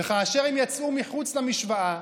וכאשר הם יצאו מחוץ למשוואה,